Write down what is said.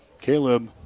Caleb